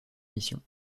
mission